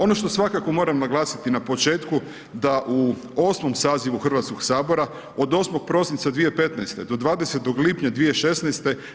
Ono što svakako moram naglasiti na početku da u 8. sazivu Hrvatskog sabora, od 8. prosinca 2015. do 20. lipnja 2016.